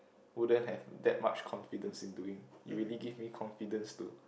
wouldn't have that much confidence in doing you really give me confidence to